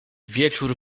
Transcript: wieczór